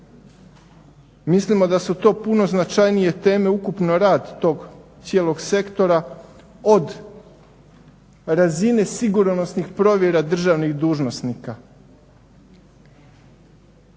Mislimo da su to puno značajnije teme ukupno rad tog cijelog sektora od razine sigurnosnih provjera državnih dužnosnika.